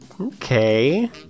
Okay